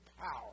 power